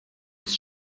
ist